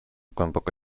głęboko